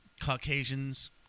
Caucasians